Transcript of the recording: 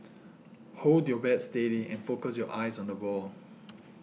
hold your bat steady and focus your eyes on the ball